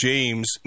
James